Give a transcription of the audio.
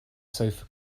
sofa